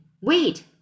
wait